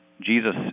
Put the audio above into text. Jesus